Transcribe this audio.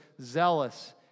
zealous